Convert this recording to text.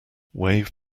wave